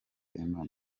imana